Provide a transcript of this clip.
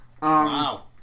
Wow